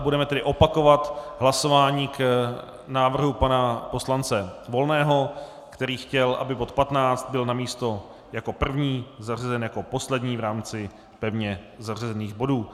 Budeme tedy opakovat hlasování k návrhu pana poslance Volného, který chtěl, aby bod 15 byl namísto jako první zařazen jako poslední v rámci pevně zařazených bodů.